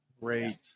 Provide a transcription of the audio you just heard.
Great